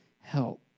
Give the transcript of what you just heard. help